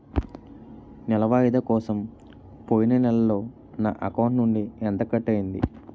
నెల వాయిదా కోసం పోయిన నెలలో నా అకౌంట్ నుండి ఎంత కట్ అయ్యింది?